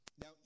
Now